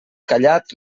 callat